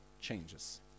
changes